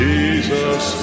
Jesus